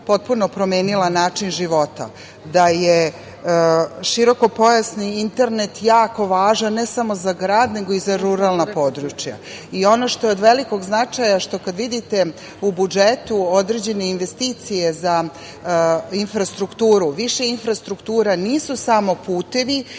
potpuno promenila način života, da je širokopojasni internet jako važan ne samo za grad, nego i za ruralna područja. Ono što je od velikog značaja, što kada vidite u budžetu određene investicije za infrastrukturu, više infrastruktura nisu samo putevi